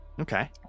okay